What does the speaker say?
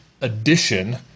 addition